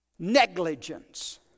negligence